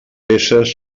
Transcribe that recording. peces